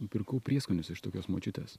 nupirkau prieskonius iš tokios močiutės